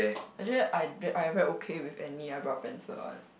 actually I I very okay with any eyebrow pencil one